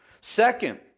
Second